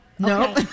No